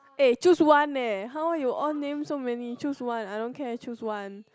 eh choose one eh how you all name so many choose one I don't care choose one